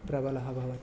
प्रबलः भवति